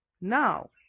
Now